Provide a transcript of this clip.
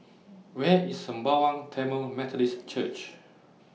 Where IS Sembawang Tamil Methodist Church